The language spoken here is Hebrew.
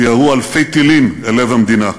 שירו אלפי טילים אל לב המדינה.